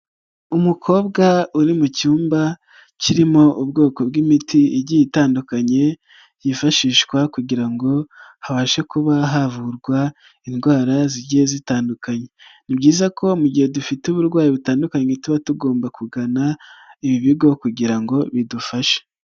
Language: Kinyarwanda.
Umukobwa uri mu cyumba kirimo ubwoko bw'imiti igiye itandukanye yifashishwa kugira ngo habashe kuba havurwa indwara zigiye zitandukanye, ni byiza ko mu gihe dufite uburwayi butandukanye tuba tugomba kugana ibi bigo kugira ngo bidufashe.